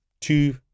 two